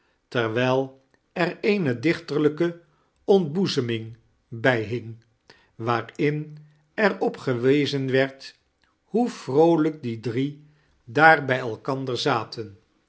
terwijl er eene dichteriqke ontboezer ming biji hing waarin er op gewezen werd hoe vrbolijk die drie daar bij elkander zaten